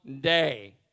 day